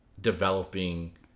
developing